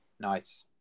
Nice